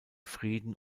frieden